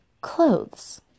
clothes